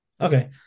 Okay